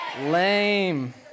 Lame